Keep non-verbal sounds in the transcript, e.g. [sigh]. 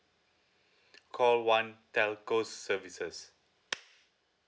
call one telco services [noise]